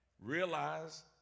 Realize